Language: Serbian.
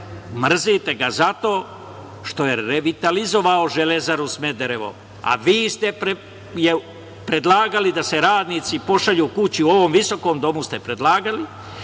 Mrzite ga zato što je revitalizovao Železaru Smederevu, a vi ste predlagali da se radnici pošalju kući. U ovom visokom domu ste predlagali.